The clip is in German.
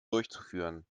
durchzuführen